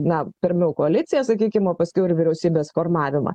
na pirmiau koaliciją sakykim o paskiau ir vyriausybės formavimą